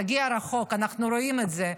תגיע רחוק, אנחנו רואים את זה.